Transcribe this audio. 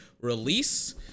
release